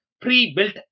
pre-built